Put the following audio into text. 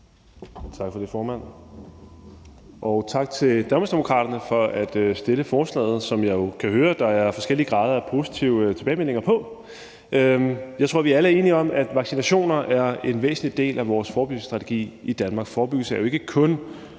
Tak for det, formand. Og tak til Danmarksdemokraterne for at fremsætte forslaget, som jeg jo kan høre der er forskellige grader af positive tilbagemeldinger på. Jeg tror, vi alle er enige om, at vaccinationer er en væsentlig del af vores forebyggelsesstrategi i Danmark. Forebyggelse er jo ikke noget,